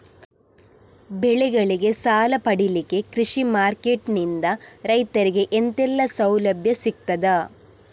ಬೆಳೆಗಳಿಗೆ ಸಾಲ ಪಡಿಲಿಕ್ಕೆ ಕೃಷಿ ಮಾರ್ಕೆಟ್ ನಿಂದ ರೈತರಿಗೆ ಎಂತೆಲ್ಲ ಸೌಲಭ್ಯ ಸಿಗ್ತದ?